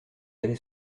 allez